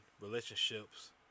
relationships